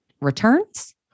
returns